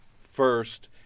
first